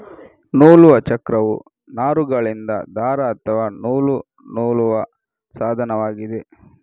ನೂಲುವ ಚಕ್ರವು ನಾರುಗಳಿಂದ ದಾರ ಅಥವಾ ನೂಲು ನೂಲುವ ಸಾಧನವಾಗಿದೆ